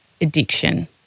addiction